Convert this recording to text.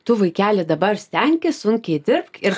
tu vaikeli dabar stenkis sunkiai dirbk ir